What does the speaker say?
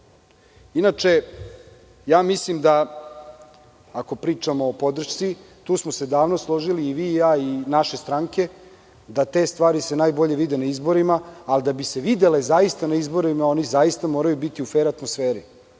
mislim da ako pričamo o podršci, tu smo se davno složili i vi i ja i naše stranke da te stvari se najbolje vide na izborima. Da bi se zaista videle na izborima oni zaista moraju biti u fer atmosferi,